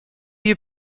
you